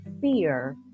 fear